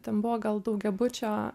ten buvo gal daugiabučio